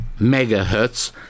megahertz